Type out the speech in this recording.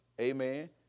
Amen